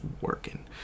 working